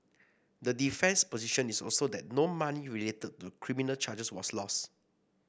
the defence position is also that no money related to the criminal charges was lost